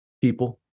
People